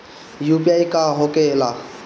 UPI का होके ला?